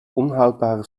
onhoudbare